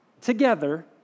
together